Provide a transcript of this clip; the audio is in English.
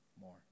more